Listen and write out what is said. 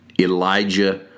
Elijah